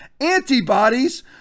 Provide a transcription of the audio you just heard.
antibodies